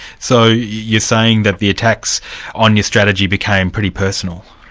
so you're saying that the attacks on your strategy became pretty personal?